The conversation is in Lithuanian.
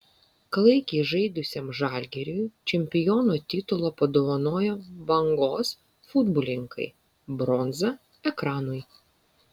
klaikiai žaidusiam žalgiriui čempiono titulą padovanojo bangos futbolininkai bronza ekranui